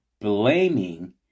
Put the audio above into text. blaming